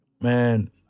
Man